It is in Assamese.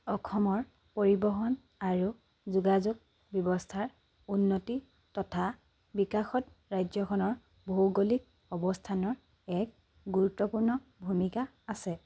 অসমত পৰিবহণ আৰু যোগাযোগ ব্যৱস্থাৰ উন্নতি তথা বিকাশত ৰাজ্যখনৰ ভৌগোলিক অৱস্থানৰ এক গুৰুত্বপূৰ্ণ ভূমিকা আছে